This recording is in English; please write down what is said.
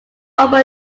open